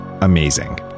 amazing